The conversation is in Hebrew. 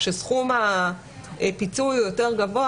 כשסכום הפיצוי יותר גבוה,